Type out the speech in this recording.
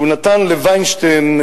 שהוא נתן לווינשטיין,